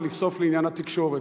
ולבסוף לעניין התקשורת.